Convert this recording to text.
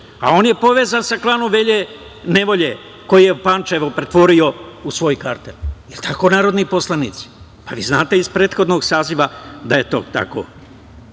a on je povezan sa klanom Velje Nevolje, koji je Pančevo pretvorio u svoj kartel. Je li tako, narodni poslanici? Pa vi znate iz prethodnog saziva da je to tako. Đilas